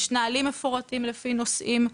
יש נהלים מפורטים לפי נושאים.